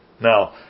Now